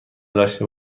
داشته